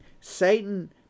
Satan